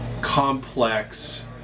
complex